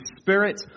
Spirit